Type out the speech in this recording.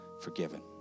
forgiven